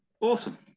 awesome